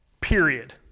Period